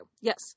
Yes